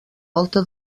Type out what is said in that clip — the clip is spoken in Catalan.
volta